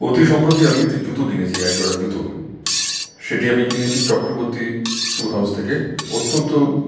অতি সম্প্রতি আমি একটি জুতো কিনেছি এক জোড়া জুতো সেটি আমি কিনেছি চক্রবর্তী স্যু হাউস থেকে অত্যন্ত